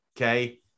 okay